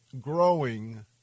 growing